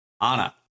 Anna